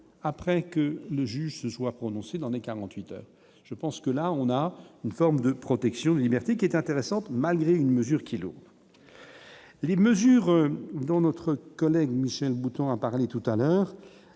après que le juge se soit prononcée dans les 48 heures, je pense que là on a une forme de protection des libertés qui est intéressante malgré une mesure qui est le. Les mesures dans notre collègue Michel Boutant a parlé tout à l'heure